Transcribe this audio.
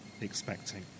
expecting